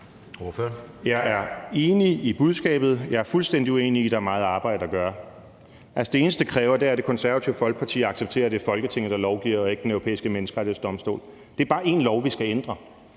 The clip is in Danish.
Jeg er enig i budskabet. Jeg er fuldstændig uenig i, at der er meget arbejde at gøre. Altså, det eneste, det kræver, er, at Det Konservative Folkeparti accepterer, at det er Folketinget, der lovgiver, og ikke Den Europæiske Menneskerettighedsdomstol. Det er bare én lov, vi skal ændre.